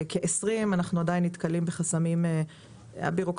בכ-20 אנחנו עדיין נתקלים בחסמים הבירוקרטיים